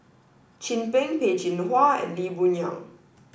Chin Peng Peh Chin Hua and Lee Boon Yang